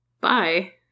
bye